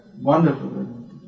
wonderful